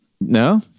No